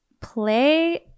play